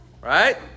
Right